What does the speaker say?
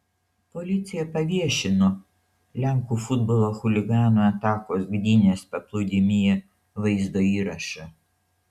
policija paviešino lenkų futbolo chuliganų atakos gdynės paplūdimyje vaizdo įrašą